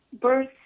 birth